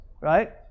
right